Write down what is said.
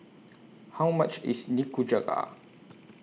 How much IS Nikujaga